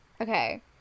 Okay